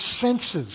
senses